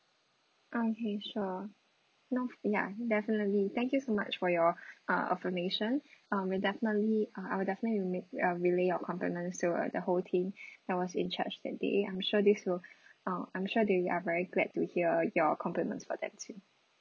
okay sure not ya definitely thank you so much for your uh affirmation uh we'll definitely uh I'll definitely will make uh relay your compliments to uh the whole team that was in charge that day I'm sure this will uh I'm sure they are very glad to hear your compliments for them too